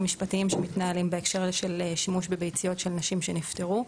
משפטיים שמתנהלים בהקשר של שימוש בביציות של נשים שנפטרו.